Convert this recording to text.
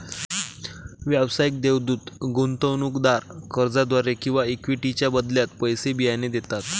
व्यावसायिक देवदूत गुंतवणूकदार कर्जाद्वारे किंवा इक्विटीच्या बदल्यात बियाणे पैसे देतात